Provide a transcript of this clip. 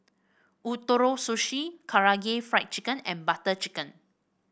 Ootoro Sushi Karaage Fried Chicken and Butter Chicken